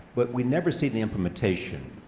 but we never see the implementation.